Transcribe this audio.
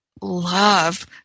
love